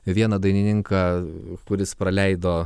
vieną dainininką kuris praleido